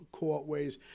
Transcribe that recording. courtways